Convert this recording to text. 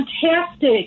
fantastic